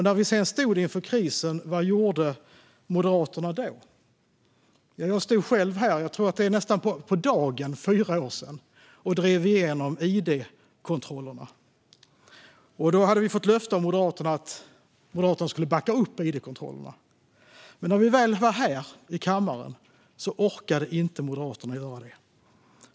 När vi sedan stod inför krisen - vad gjorde Moderaterna då? Jag stod här själv - jag tror att det är nästan på dagen fyra år sedan - och drev igenom id-kontrollerna. Vi hade då fått löfte av Moderaterna att de skulle backa upp id-kontrollerna. Men när vi väl var här i kammaren orkade inte Moderaterna göra det.